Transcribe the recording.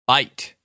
Bite